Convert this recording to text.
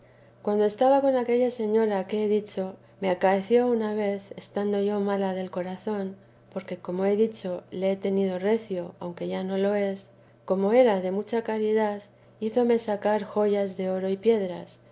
cuando estaba con aquella señora que he dicho me acaeció una vez estando yo mala del corazón porque como he dicho le he tenido recio aunque ya no lo es como era de mucha caridad hízome sacar joyas de oro y piedras